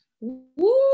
woo